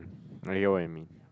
I get what you mean